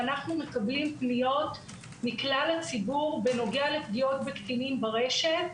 אנחנו מקבלים פניות מכלל הציבור בנוגע לפגיעות בקטינים ברשת.